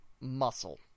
muscle